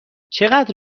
چقدر